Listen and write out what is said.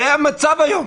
זה המצב היום.